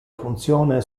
funzione